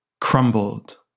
crumbled